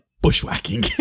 bushwhacking